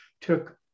took